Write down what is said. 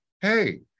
hey